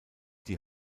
die